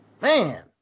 man